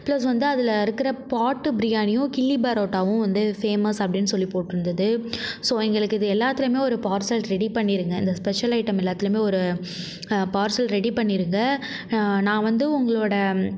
plus வந்து அதில் இருக்கிற பாட்டு பிரியாணியும் கிள்ளி பரோட்டாவும் வந்து ஃபேமஸ் அப்படின் சொல்லி போட்டிருந்துது ஸோ எங்களுக்கு இது எல்லாத்திலியுமே ஒரு பார்சல் ரெடி பண்ணிடுங்க இந்த ஸ்பெஷல் ஐட்டம் எல்லாத்திலியுமே ஒரு பார்சல் ரெடி பண்ணிடுங்க நான் வந்து உங்களோட